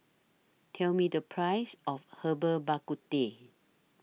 Tell Me The Price of Herbal Bak Ku Teh